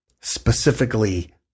specifically